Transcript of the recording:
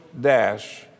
dash